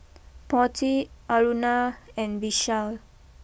Potti Aruna and Vishal